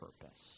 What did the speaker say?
purpose